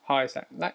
how I slack like